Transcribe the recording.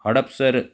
Hadapsar